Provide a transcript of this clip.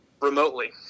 remotely